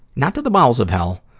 not to the bowels of hell,